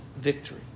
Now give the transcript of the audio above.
victory